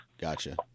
Gotcha